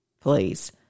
Please